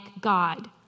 God